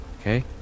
Okay